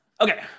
Okay